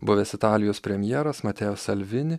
buvęs italijos premjeras mateo salvini